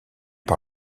par